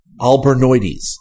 albernoides